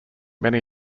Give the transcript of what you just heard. many